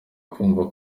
kumva